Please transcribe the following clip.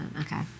Okay